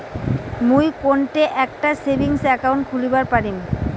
মুই কোনঠে একটা সেভিংস অ্যাকাউন্ট খুলিবার পারিম?